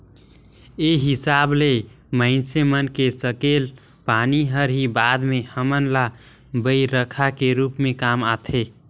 ए हिसाब ले माइनसे मन के सकेलल पानी हर ही बाद में हमन ल बईरखा के रूप में काम आथे